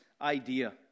idea